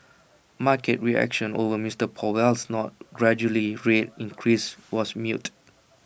market reaction over Mister Powell's nod gradually rate increases was muted